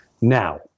Now